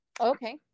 okay